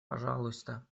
пожалуйста